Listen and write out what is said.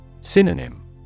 Synonym